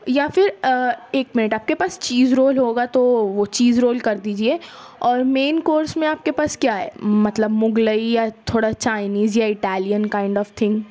یا پھر ایک منٹ آپ کے پاس چیز رول ہوگا تو وہ چیز رول کر دیجیے اور مین کورس میں آپ کے پاس کیا ہے مطلب مغلئی یا تھوڑا چائینز یا اٹالین کائنڈ آف تھنگ